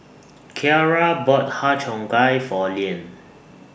Kiarra bought Har Cheong Gai For Leeann